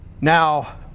Now